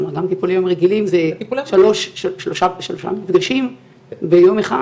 גם הטיפולים הרגילים הם שלושה מפגשים ביום אחד,